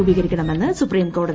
രൂപീകരിക്കണമെന്ന് supreme കോടതി